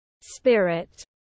Spirit